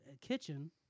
kitchen